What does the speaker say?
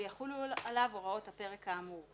ויחולו עליו הוראות הפרק האמור.